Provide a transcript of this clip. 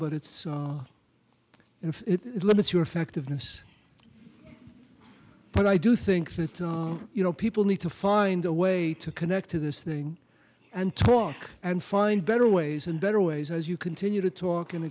but it's so and it limits your fact of this but i do think that you know people need to find a way to connect to this thing and talk and find better ways and better ways as you continue to talk and